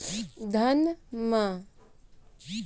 धान म है बुढ़िया कोन बिमारी छेकै?